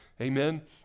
Amen